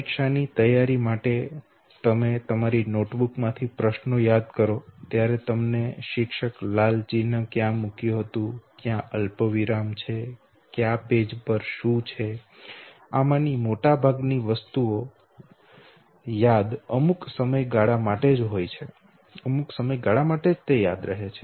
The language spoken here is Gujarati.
પરીક્ષા ની તૈયારી માટે તમે તમારી નોટબુકમાંથી પ્રશ્નો યાદ કરો ત્યારે તમને શિક્ષકે લાલ ચિહ્ન ક્યાં મૂક્યુ હતું ક્યાં અલ્પવિરામ છે ક્યાં પેજ પર શું છે આમાંની મોટાભાગની વસ્તુઓ યાદ અમુક સમયગાળા માટે યાદ હોય છે